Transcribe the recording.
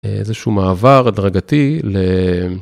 איזשהו מעבר הדרגתי ל...